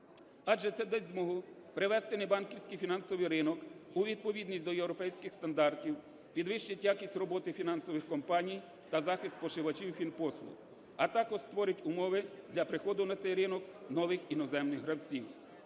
адже це дасть змогу привести небанківський фінансовий ринок у відповідність до європейських стандартів, підвищить якісь роботи фінансових компаній та захист споживачі фінпослуг, а також створить умови для приходу на цей ринок нових іноземних гравців.